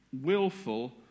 willful